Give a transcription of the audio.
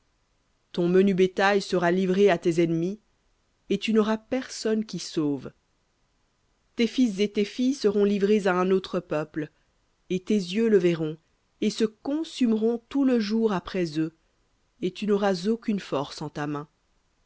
ton menu bétail sera livré à tes ennemis et tu n'auras personne qui sauve tes fils et tes filles seront livrés à un autre peuple et tes yeux le verront et se consumeront tout le jour après eux et tu n'auras aucune force en ta main